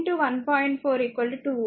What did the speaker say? కాబట్టి 4 1